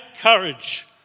courage